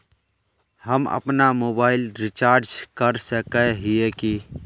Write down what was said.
हम अपना mobile recharge कर सकय हिये की?